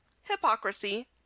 hypocrisy